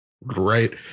right